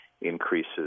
increases